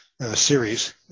series